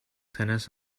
tennis